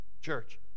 Church